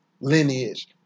lineage